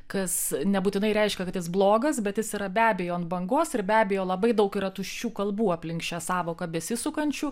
kas nebūtinai reiškia kad jis blogas bet jis yra be abejo ant bangos ir be abejo labai daug yra tuščių kalbų aplink šią sąvoką besisukančių